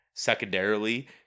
Secondarily